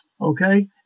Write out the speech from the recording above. okay